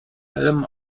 allem